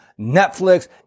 Netflix